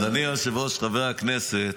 אדוני היושב-ראש, חברי הכנסת,